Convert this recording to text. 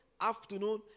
afternoon